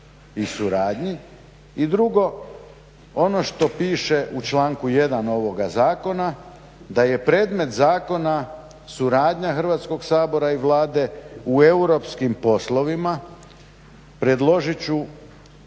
i suradnji. I drugo ono što piše u članku 1. ovoga zakona da je predmet zakona suradnja Hrvatskog sabora i Vlade u europskim poslovima, predložiti ću